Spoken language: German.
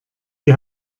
die